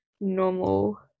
normal